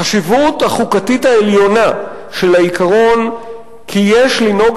החשיבות החוקתית העליונה של העיקרון כי יש לנהוג